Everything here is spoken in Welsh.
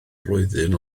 flwyddyn